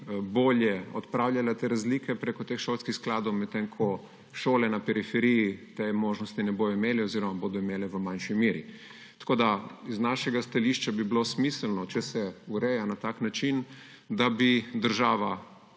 bolje odpravljala te razlike preko teh šolskih skladov, medtem ko šole na periferiji bodo te možnosti imele v manjši meri. Tako da z našega stališča bi bilo smiselno, če se ureja na tak način, da bi država,